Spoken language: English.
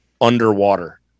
underwater